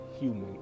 human